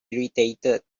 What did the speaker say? irritated